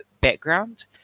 background